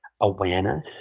awareness